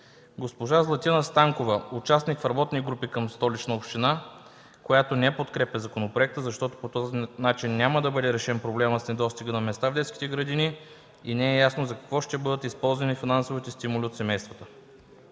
Госпожа Златина Станкова, участник в работни групи към Столична община, която не подкрепя законопроекта, защото по този начин няма да бъде решен проблемът с недостига на места в детските градини и не е ясно за какво ще бъдат използвани финансовите стимули от семействата.